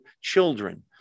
children